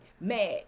mad